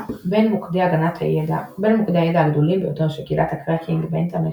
בין מוקדי הידע הגדולים ביותר של קהילת הקראקינג באינטרנט,